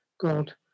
God